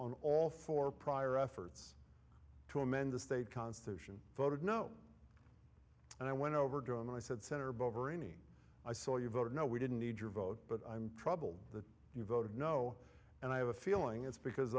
on all four prior efforts to amend the state constitution voted no and i went over to him and i said senator bovary mean i saw you voted no we didn't need your vote but i'm troubled that you voted no and i have a feeling it's because